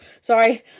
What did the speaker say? sorry